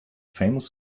famous